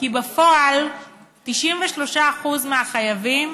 כי בפועל 93% מהחייבים